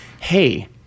hey